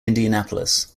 indianapolis